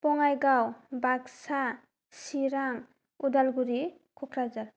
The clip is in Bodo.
बङाइगाव बाक्सा चिरां उदालगुरि क'क्राझार